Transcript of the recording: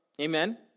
Amen